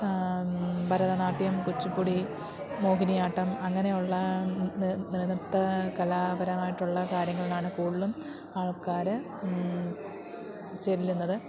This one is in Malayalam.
ഭരതനാട്യം കുച്ചിപ്പുടി മോഹിനിയാട്ടം അങ്ങനെയുള്ള നൃത്ത കലാപരമായിട്ടുള്ള കാര്യങ്ങളിലാണ് കൂടുതലും ആൾക്കാര് ചെല്ലുന്നത്